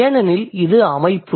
ஏனெனில் இது அமைப்பு